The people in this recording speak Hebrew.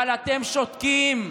אבל אתם שותקים.